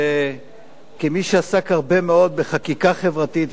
שכמי שעסק הרבה מאוד בחקיקה חברתית,